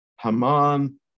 Haman